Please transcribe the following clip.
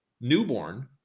newborn